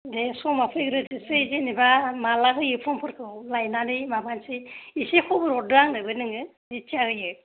दे समा फैग्रोथोंसै जेनोबा माला होयो पर्मफोरखौ लायनानै माबानसै एसे खबर हरदो आंनोबो नोङो जिथिया होयो इथिया